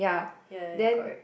ya ya ya correct